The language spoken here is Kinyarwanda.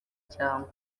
cyangwa